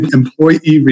employee